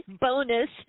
bonus